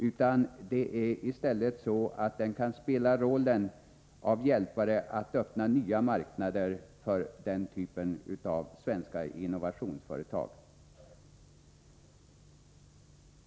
Snarare kan stödet spela rollen av hjälpare när det gäller att öppna nya marknader för den typen av svenska innovationsföretag.